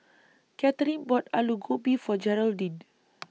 Katherine bought Alu Gobi For Geraldine